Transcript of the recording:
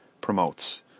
promotes